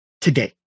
today